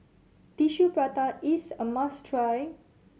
Tissue Prata is a must try